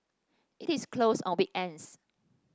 it is closed on weekends